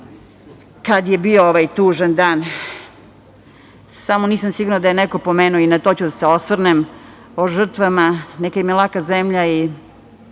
kada je bio ovaj tužan dan, samo nisam sigurna da je neko pomenuo i na to ću da se osvrnem, o žrtvama, neka im je laka zemlja i